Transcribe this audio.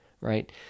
Right